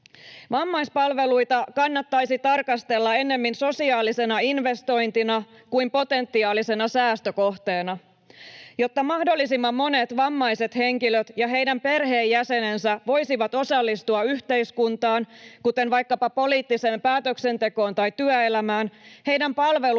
Vammaispalveluita kannattaisi tarkastella ennemmin sosiaalisena investointina kuin potentiaalisena säästökohteena. Jotta mahdollisimman monet vammaiset henkilöt ja heidän perheenjäsenensä voisivat osallistua yhteiskuntaan, kuten vaikkapa poliittiseen päätöksentekoon tai työelämään, heidän palveluitaan